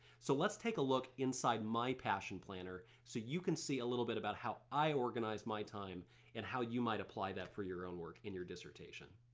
so let's take a look inside my passion planner, so you can see a little bit about how i organize my time and how you might apply that for your own work in your dissertation.